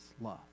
love